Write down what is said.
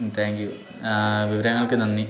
thank you വിവരങ്ങൾക്ക് നന്ദി